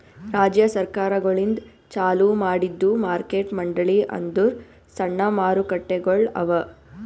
ರಾಜ್ಯ ಸರ್ಕಾರಗೊಳಿಂದ್ ಚಾಲೂ ಮಾಡಿದ್ದು ಮಾರ್ಕೆಟ್ ಮಂಡಳಿ ಅಂದುರ್ ಸಣ್ಣ ಮಾರುಕಟ್ಟೆಗೊಳ್ ಅವಾ